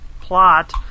plot